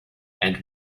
and